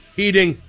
heating